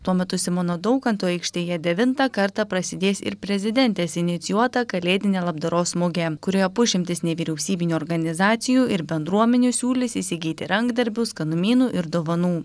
tuo metu simono daukanto aikštėje devintą kartą prasidės ir prezidentės inicijuota kalėdinė labdaros mugė kurioje pusšimtis nevyriausybinių organizacijų ir bendruomenių siūlys įsigyti rankdarbių skanumynų ir dovanų